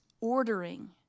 ordering